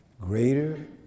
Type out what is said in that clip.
Greater